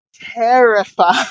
terrified